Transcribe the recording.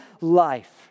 life